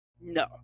No